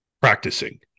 practicing